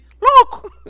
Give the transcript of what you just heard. Look